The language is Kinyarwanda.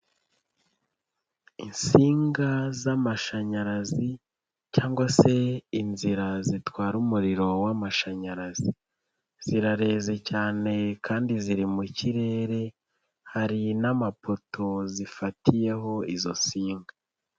Insinga z'amashanyarazi cyangwa se inzira zitwara umuriro w'amashanyarazi, zirareze cyane kandi ziri mu kirere hari n'amapoto zifatiyeho izo nsinga.